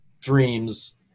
dreams